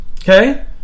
okay